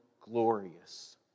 glorious